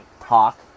talk